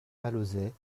alauzet